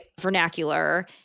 vernacular